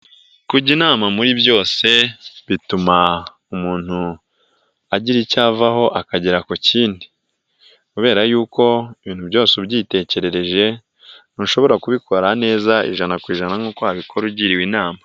Kujya inama muri byose bituma umuntu agira icyo avaho akagera ku kindi, kubera yuko ibintu byose ubyitekerereje, ntushobora kubikora neza ijana ku ijana nk'uko wabikora ugiriwe inama.